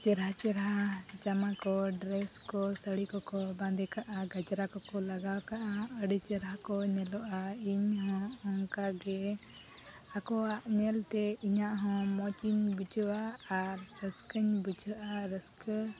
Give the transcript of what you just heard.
ᱪᱮᱨᱦᱟ ᱪᱮᱨᱦᱟ ᱡᱟᱢᱟ ᱠᱚ ᱰᱨᱮᱥ ᱠᱚ ᱥᱟᱹᱲᱤ ᱠᱚᱠᱚ ᱵᱟᱸᱫᱮ ᱠᱟᱜᱼᱟ ᱠᱟᱡᱽᱨᱟ ᱠᱚᱠᱚ ᱞᱟᱜᱟᱣ ᱠᱟᱜᱼᱟ ᱟᱹᱰᱤ ᱪᱮᱨᱦᱟ ᱠᱚ ᱧᱮᱞᱚᱜᱼᱟ ᱤᱧ ᱦᱚᱸ ᱚᱱᱠᱟᱜᱮ ᱟᱠᱚᱣᱟᱜ ᱧᱮᱞᱛᱮ ᱤᱧᱟᱜ ᱦᱚᱸ ᱢᱚᱡᱽ ᱤᱧ ᱵᱩᱡᱷᱟᱹᱣᱟ ᱟᱨ ᱨᱟᱹᱥᱠᱟᱹᱧ ᱵᱩᱡᱷᱟᱹᱜᱼᱟ ᱨᱟᱹᱥᱠᱟᱹ